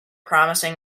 promising